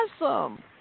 Awesome